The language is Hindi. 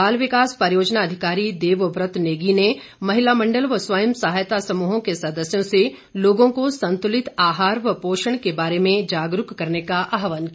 बाल विकास परियोजना अधिकारी देवव्रत नेगी ने महिला मंडल व स्वयं सहायता समूहों के सदस्यों से लोगों को संतुलित आहार व पोषण के बारे में जागरूक करने का आहवान किया